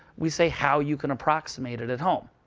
we say how you can approximate it at home.